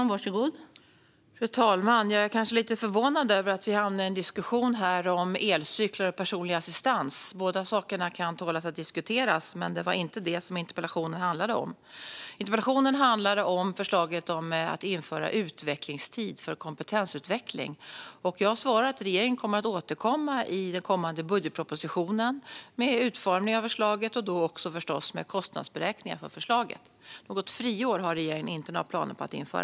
Fru talman! Jag är kanske lite förvånad över att vi hamnar i en diskussion om elcyklar och personlig assistans. Båda sakerna tål att diskuteras, men det var inte det som interpellationen handlade om. Interpellationen handlade om förslaget om att införa utvecklingstid för kompetensutveckling. Jag har svarat. Regeringen kommer att återkomma i den kommande budgetpropositionen med utformning av förslaget och då, förstås, också komma med kostnadsberäkningar för förslaget. Något friår har regeringen inte några planer på att införa.